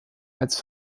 als